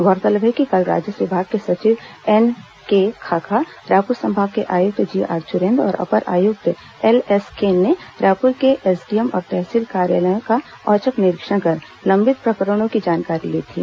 गौरतलब है कि कल राजस्व विभाग के सचिव एनके खाखा रायपुर संभाग के आयुक्त जी आर चुनेन्द्र और अपर आयुक्त एलएस केन ने रायपुर के एसडीएम और तहसील कार्यालय का औचक निरीक्षण कर लंबित प्रकरणों की जानकारी ली थी